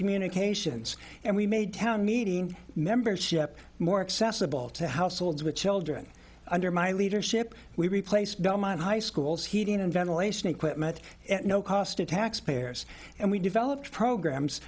communications and we made town meeting membership more accessible to households with children under my leadership we replace belmont high schools heating and ventilation equipment at no cost to taxpayers and we develop programs